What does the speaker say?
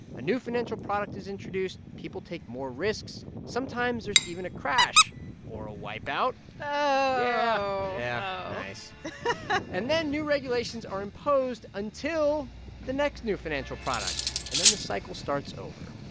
a new financial product is introduced, people take more risks. sometimes there's even a crash or a wipeout oh yeah. yeah oh nice and then new regulations are imposed until the next new financial product. and then the cycle starts over